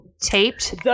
taped